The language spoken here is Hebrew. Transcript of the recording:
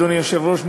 אדוני היושב-ראש,